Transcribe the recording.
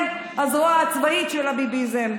הם הזרוע הצבאית של הביביזם.